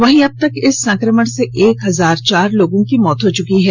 वहीं अबतक इस संक्रमण से एक हजार चार लोगों की मौत हो चुकी है